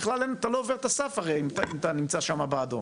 בכלל אתה לא עובר את הסף הרי אם אתה נמצא שם באדום.